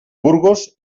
burgos